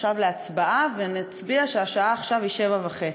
עכשיו להצבעה ונצביע שהשעה עכשיו היא שבע וחצי,